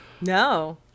No